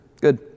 Good